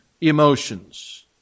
emotions